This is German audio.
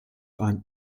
ein